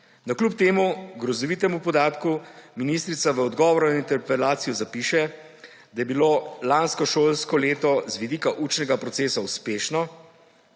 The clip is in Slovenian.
Navkljub temu grozovitemu podatku ministrica v odgovoru na interpelacijo zapiše, da je bilo lansko šolsko leto z vidika učnega procesa uspešno